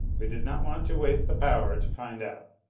we did not want to waste the power to find out.